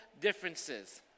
differences